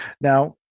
Now